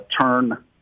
turn